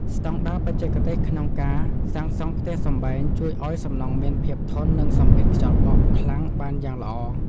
ស្តង់ដារបច្ចេកទេសក្នុងការសាងសង់ផ្ទះសម្បែងជួយឱ្យសំណង់មានភាពធន់នឹងសម្ពាធខ្យល់បក់ខ្លាំងបានយ៉ាងល្អ។